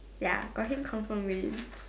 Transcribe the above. ya got him confirm win